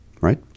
Right